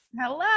Hello